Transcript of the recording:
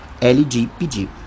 LGPD